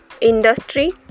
industry